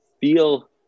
feel